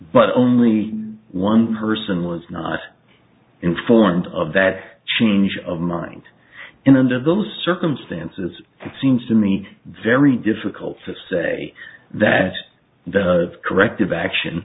but only one person was not informed of that change of mind and under those circumstances it seems to me very difficult to say that the corrective